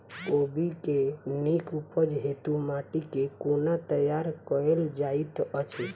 कोबी केँ नीक उपज हेतु माटि केँ कोना तैयार कएल जाइत अछि?